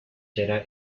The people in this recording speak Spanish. será